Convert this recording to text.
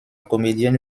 comédienne